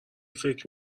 فکر